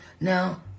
Now